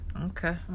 Okay